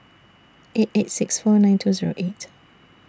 eight eight six four nine two Zero eight